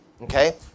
Okay